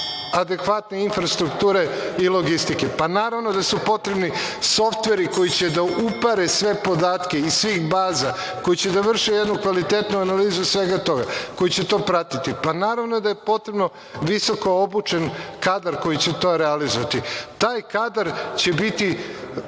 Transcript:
adekvatne infrastrukture i logistike. Naravno da su potrebni softveri koji će da upare sve podatke iz svih baza, koji će da vrše jednu kvalitetnu analizu svega toga, koji će to pratiti. Naravno da je potreban visoko obučen kadar koji će to realizovati. Taj kadar će biti